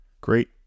Great